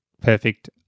Perfect